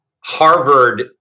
Harvard